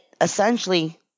essentially